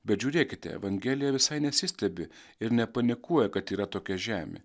bet žiūrėkite evangelija visai nesistebi ir nepanikuoja kad yra tokia žemė